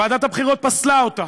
ועדת הבחירות פסלה אותה,